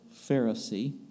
Pharisee